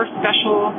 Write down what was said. special